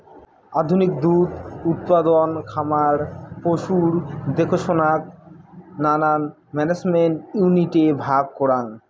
আধুনিক দুধ উৎপাদন খামার পশুর দেখসনাক নানান ম্যানেজমেন্ট ইউনিটে ভাগ করাং